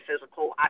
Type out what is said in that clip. physical